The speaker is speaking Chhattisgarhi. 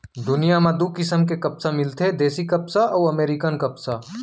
दुनियां म दू किसम के कपसा मिलथे देसी कपसा अउ अमेरिकन कपसा